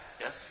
Yes